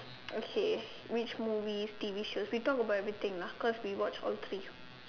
okay which movies T_V shows we talk about everything lah cause we watch all three